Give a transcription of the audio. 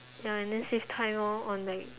ya and then save time loh on like